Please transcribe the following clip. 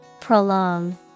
Prolong